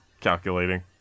calculating